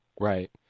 Right